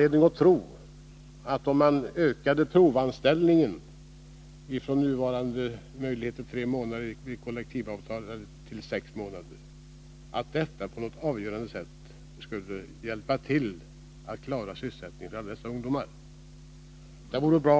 Det vore bra